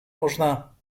można